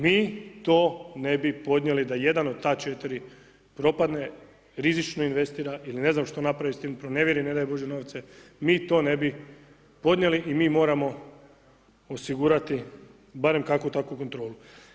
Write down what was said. Mi to ne bi podnijeli da jedan od ta 4 propadne, rizično investira ili ne znam što napravi s tim, pronevjeri ne daj Bože novce, mi to ne bi podnijeli i mi moramo osigurati barem kakvu takvu kontrolu.